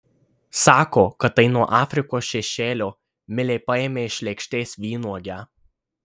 sako kad tai nuo afrikos šešėlio milė paėmė iš lėkštės vynuogę